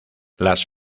las